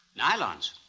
Nylons